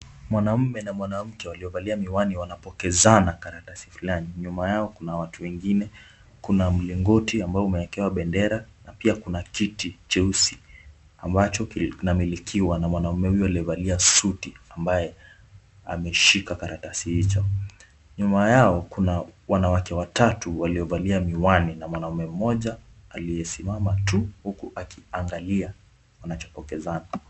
Mwanaume na mwanamke waliovalia miwani wanapokezana karatasi fulani. Nyuma kuna watu wengine, kuna mlingoti ambao umewekewa bendera na pia kuna kiti cheusi ambacho kinamilikiwa na mwanaume huyo aliyevalia suti ambaye ameshika karatasi hizo. Nyuma yao kuna wanawake watatu waliovalia miwani na mwanaume mmoja aliyesimama tu huku akiangalia wanachopokezana.